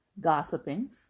Gossiping